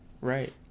Right